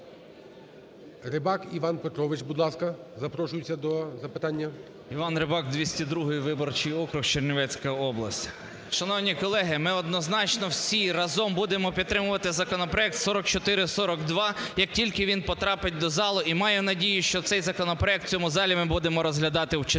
Рибак Іван Петрович, будь ласка, запрошується до запитання. 17:17:52 РИБАК І.П. Іван Рибак, 202 виборчий округ, Чернівецька область. Шановні колеги, ми однозначно всі разом будемо підтримувати законопроект 4442, як тільки він потрапить до залу, і маю надію, що цей законопроект в цьому залі ми будемо розглядати в четвер